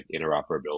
interoperability